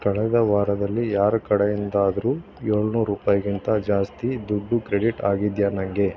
ಕಳೆದ ವಾರದಲ್ಲಿ ಯಾರ ಕಡೆಯಿಂದಾದರೂ ಎಳ್ನೂರು ರೂಪಾಯಿಗಿಂತ ಜಾಸ್ತಿ ದುಡ್ಡು ಕ್ರೆಡಿಟ್ ಆಗಿದೆಯಾ ನನಗೆ